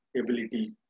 ability